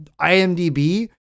IMDB